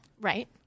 Right